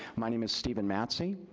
my name is steven matzie,